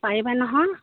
পাৰিবা নহয়